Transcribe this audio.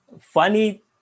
funny